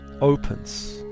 opens